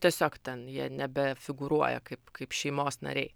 tiesiog ten jie nebefigūruoja kaip kaip šeimos nariai